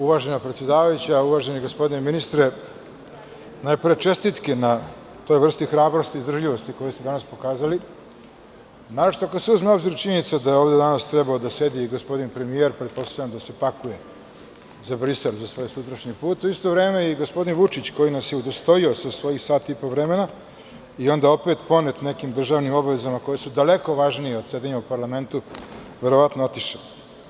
Uvažena predsedavajuća, uvaženi gospodine ministre, najpre čestitke na toj vrsti hrabrosti i izdržljivosti koju ste danas pokazali, naročito kada se uzme u obzir činjenica da je ovde danas trebao da sedi i gospodin premijer, pretpostavljam da se pakuje za Brisel, za svoj sutrašnji put, a u isto vreme i gospodin Vučić, koji nas je udostojio sa svojih sat i po vremena i onda opet, ponet nekim državnim obavezama koje su daleko važnije od sedenja u parlamentu, verovatno otišao.